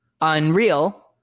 Unreal